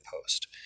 post